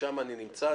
ששם אני נמצא.